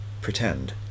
pretend